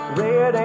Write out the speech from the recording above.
red